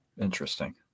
interesting